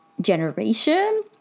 generation